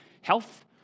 health